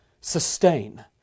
sustain